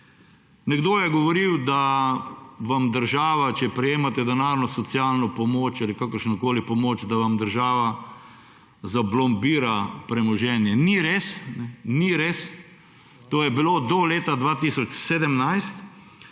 Nekdo je govoril, da vam država, če prejemate denarno socialno pomoč ali kakršnokoli pomoč, zaplombira premoženje. Ni res. Ni res. To je bilo do leta 2017,